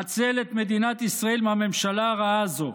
הצל את מדינת ישראל מהממשלה הרעה הזו.